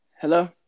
Hello